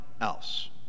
else